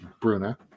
Bruna